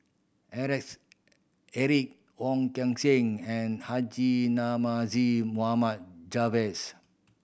Alex Eric Wong Kan Seng and Haji Namazie Mohamed